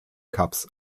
cups